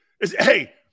Hey